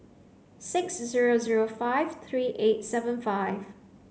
six zero zero five three eight seven five